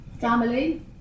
family